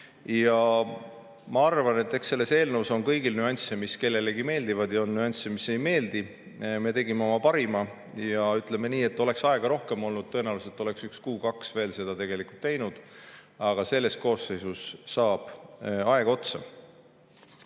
Ma arvan, et selles eelnõus on nüansse, mis kellelegi meeldivad, ja on nüansse, mis ei meeldi. Me tegime oma parima. Ütleme nii, et oleks aega rohkem olnud, tõenäoliselt oleks 1–2 kuud veel seda teinud, aga selles koosseisus saab aeg otsa.